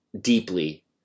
deeply